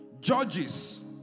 judges